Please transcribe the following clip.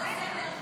החלפנו בין ההצעות.